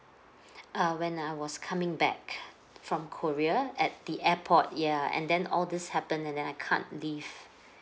uh when I was coming back from korea at the airport yeah and then all this happened and then I can't leave